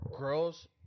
Girls